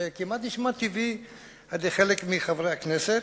זה כמעט נשמע טבעי לחלק מחברי הכנסת.